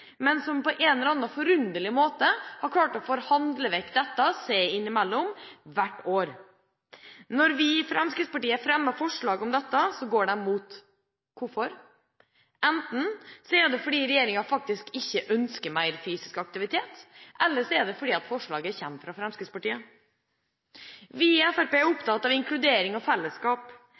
men som på en eller annen forunderlig måte seg imellom har klart å forhandle bort dette hvert år. Når vi i Fremskrittspartiet fremmer forslag om dette, går de imot. Hvorfor? Enten er det fordi regjeringa faktisk ikke ønsker mer fysisk aktivitet, eller så er det fordi forslaget kommer fra Fremskrittspartiet. Vi i Fremskrittspartiet er opptatt av inkludering og fellesskap.